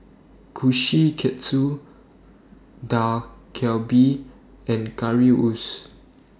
Kushikatsu Dak Galbi and Currywurst